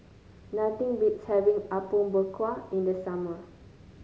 nothing beats having Apom Berkuah in the summer